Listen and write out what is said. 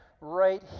right